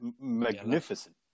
magnificent